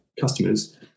customers